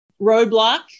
roadblock